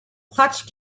clutch